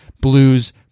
blues